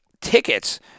tickets